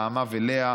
נעמה ולאה,